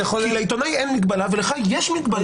כי לעיתונאי אין מגבלה ולך יש מגבלה.